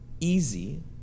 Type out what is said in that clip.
easy